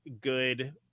good